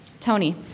Tony